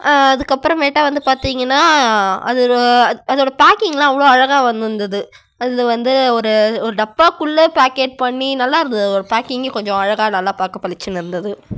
அதுக்கு அப்புறமேட்டா வந்து பார்த்திங்கன்னா அது அதோட பேக்கிங்லாம் அவ்வளோ அழகாக வந்துருந்தது அது வந்து ஒரு டப்பாக்குள்ளே பேக்கெட் பண்ணி நல்லாருந்தது அதோடு பேக்கிங்கே கொஞ்சம் அழகாக நல்லா பார்க்க பளிச்சுன்னு இருந்தது